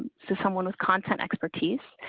so someone with content expertise,